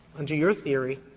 under your theory,